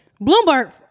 Bloomberg